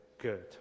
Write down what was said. Good